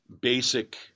basic